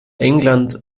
england